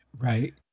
Right